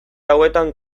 hauetan